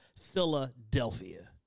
Philadelphia